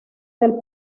del